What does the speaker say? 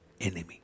enemy